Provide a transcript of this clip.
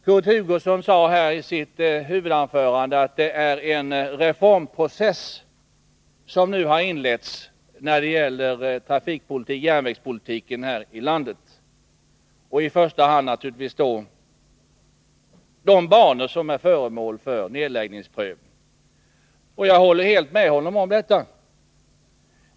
Kurt Hugosson sade i sitt huvudanförande att det är en reformprocess som nu har inletts när det gäller trafikpolitiken och järnvägspolitiken här i landet, i första hand naturligtvis beträffande de banor som är föremål för nedläggningsprövning. Jag håller helt med honom om det.